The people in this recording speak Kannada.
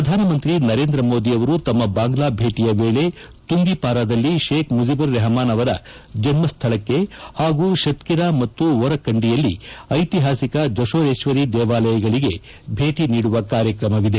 ಪ್ರಧಾನಮಂತ್ರಿ ನರೇಂದ್ರ ಮೋದಿಯವರು ತಮ್ನ ಬಾಂಗ್ಲಾ ಭೇಟಿಯ ವೇಳೆ ತುಂಗಿಪಾರದಲ್ಲಿ ತೇಖ್ ಮುಜೀಬರ್ ರೆಹಮಾನ್ ಅವರ ಜನಸ್ತಳಕ್ಕೆ ಹಾಗೂ ಶಕ್ತಿರಾ ಮತ್ತು ಓರಕಂಡಿಯಲ್ಲಿ ಐತಿಹಾಸಿಕ ಜಶೋರೇಶ್ವರಿ ದೇವಾಲಯಗಳಗೆ ಭೇಟಿ ನೀಡಲಿದ್ದಾರೆ